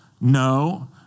no